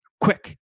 Quick